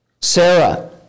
Sarah